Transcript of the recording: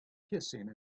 kissing